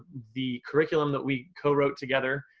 the curriculum that we co-wrote together,